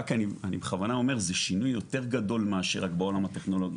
רק אני בכוונה אומר זה שינוי יותר גדול מאשר רק בעולם הטכנולוגי.